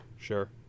Sure